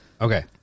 Okay